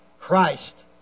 Christ